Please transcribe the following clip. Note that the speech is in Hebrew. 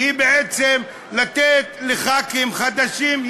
שהיא בעצם לתת לחברי כנסת חדשים,